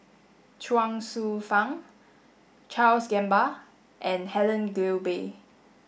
Chuang Hsueh Fang Charles Gamba and Helen Gilbey